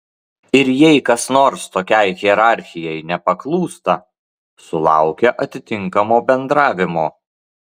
ir jei kas nors tokiai hierarchijai nepaklūsta sulaukia atitinkamo bendravimo